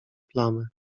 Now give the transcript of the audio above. plamy